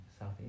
South